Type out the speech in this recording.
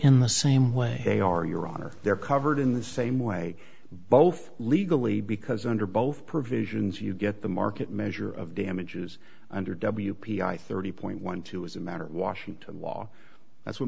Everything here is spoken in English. in the same way they are your honor they're covered in the same way both legally because under both provisions you get the market measure of damages under w p i thirty point one two as a matter of washington law that's what